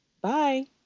bye